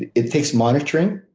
it it takes monitoring.